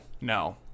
No